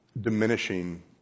diminishing